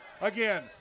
Again